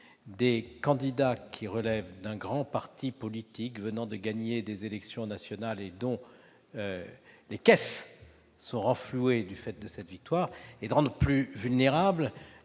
des candidats qui relèvent d'un grand parti politique venant de gagner des élections nationales et dont les caisses sont renflouées du fait de cette victoire, et de rendre plus vulnérables